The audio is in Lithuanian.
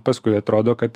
paskui atrodo kad